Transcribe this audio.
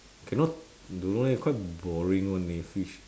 cannot don't know eh quite boring [one] leh fish